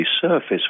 surface